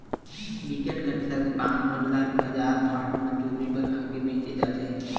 बिकट कन सग पान मन ल बजार हाट म जूरी बनाके बेंचे जाथे